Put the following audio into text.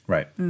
Right